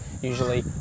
usually